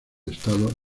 estado